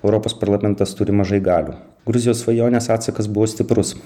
europos parlamentas turi mažai galių gruzijos svajonės atsakas buvo stiprus